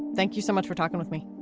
thank you so much for talking with me.